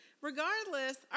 Regardless